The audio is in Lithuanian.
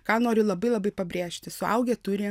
ką noriu labai labai pabrėžti suaugę turi